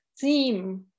theme